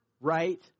right